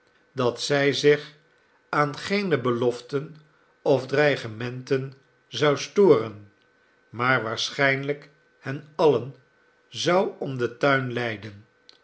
dat zij zich aan geene beloften of dreigementen zou storen maar waarschijnlijk hen alien zou om den tuin leiden